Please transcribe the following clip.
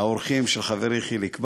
האורחים של חברי חיליק בר,